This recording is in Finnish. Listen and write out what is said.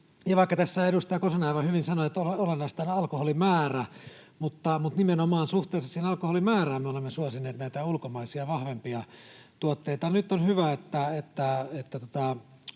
vaikka tässä edustaja Kosonen aivan hyvin sanoi, että olennaista on alkoholimäärä, niin nimenomaan suhteessa siihen alkoholimäärään me olemme suosineet näitä ulkomaisia, vahvempia tuotteita. Nyt on hyvä, että